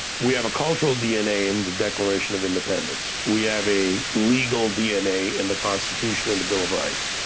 we have a cultural dna in the declaration of independence. we have a legal dna in the constitution and the bill of rights,